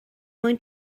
mwyn